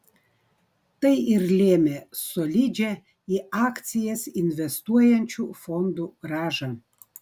tai ir lėmė solidžią į akcijas investuojančių fondų grąžą